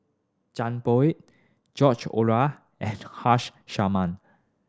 Zhang Bohe George Oehler and Haresh Sharma